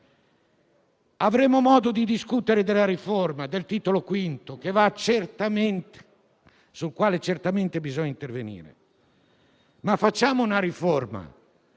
avremo modo di discutere della riforma del Titolo V, sul quale certamente bisogna intervenire, ma facciamo una riforma